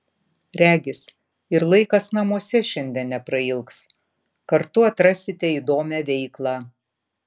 regis ir laikas namuose šiandien neprailgs kartu atrasite įdomią veiklą